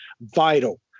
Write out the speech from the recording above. vital